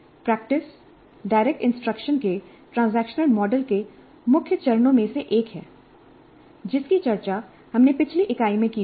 practice ' direct instruction के transaction model के मुख्य चरणों में से एक है जिसकी चर्चा हमने पिछली इकाई में की थी